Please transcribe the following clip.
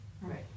Right